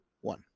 one